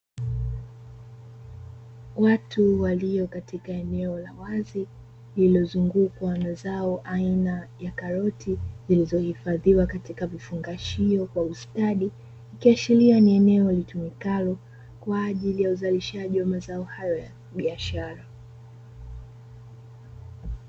Watu walio katika eneo la wazi lililozungukwa na zao aina ya karoti, zilizohifadhiwa katika vifungashio kwa ustadi Ikiashiria ni eneo litumikalo kwa ajili ya uzalishaji wa mazao hayo ya biashara.